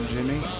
Jimmy